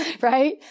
right